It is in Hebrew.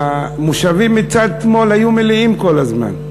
המושבים מצד שמאל היו מלאים כל הזמן,